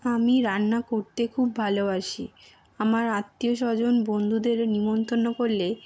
আমি রান্না করতে খুব ভালোবাসি আমার আত্মীয় স্বজন বন্ধুদের নিমন্তন্ন করলে